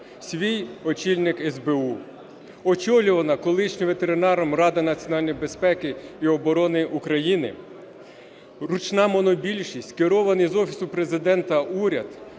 свій очільник СБУ, очолювана колишнім ветеринаром Рада національної безпеки і оборони України, ручна монобільшість, керований з Офісу Президента уряд